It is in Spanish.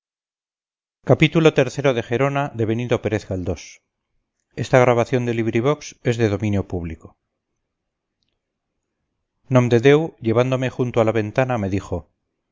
leer tranquilamente nomdedeu llevándome junto a la ventana me dijo